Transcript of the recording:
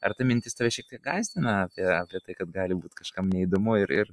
ar ta mintis tave šiek tiek tave gąsdina apie apie tai kad gali būti kažkam neįdomu ir ir